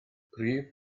prif